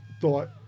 thought